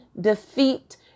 defeat